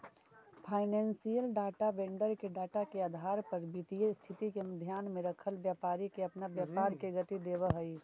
financial data vendor के data के आधार पर वित्तीय स्थिति के ध्यान में रखल व्यापारी के अपना व्यापार के गति देवऽ हई